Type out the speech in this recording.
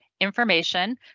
information